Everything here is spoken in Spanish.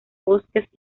bosques